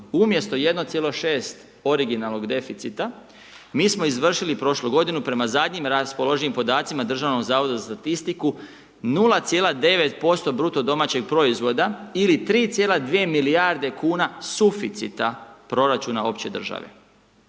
umjesto 1,6 originalnog deficita mi smo izvršili prošlu godinu prema zadnjim raspoloživim podacima Državnog zavoda za statistiku 0,9% BDP-a ili 3,2 milijarde kuna suficita proračuna opće države.